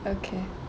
okay